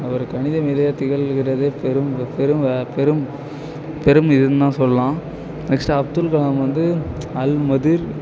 அவர் கணித மேதையாக திகழ்கிறதே பெரும் பெரும் பெரும் பெரும் பெரும் இதுன்னு தான் சொல்லலாம் நெக்ஸ்ட் அப்துல் கலாம் வந்து அல்மதீர்